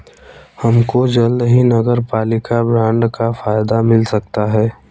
हमको जल्द ही नगरपालिका बॉन्ड का फायदा मिल सकता है